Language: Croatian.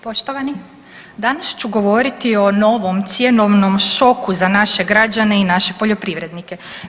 Poštovani, danas ću govoriti o novom cjenovnom šoku za naše građane i naše poljoprivrednike.